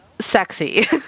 sexy